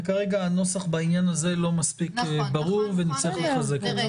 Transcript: כרגע הנוסח בעניין הזה לא מספיק ברור ונצטרך לחזק את זה.